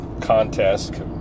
contest